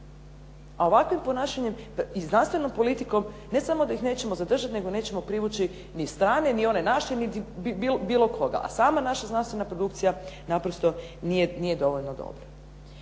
a ovakvim ponašanjem i znanstvenom politikom ne samo da ih nećemo zadržati nego nećemo privući ni strane ni one naše niti bilo koga, a sama naša znanstvena produkcija naprosto nije dovoljno dobra.